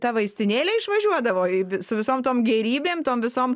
ta vaistinėle išvažiuodavo į su visom tom gėrybėm tom visom